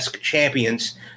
champions